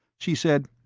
she said,